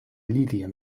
lilie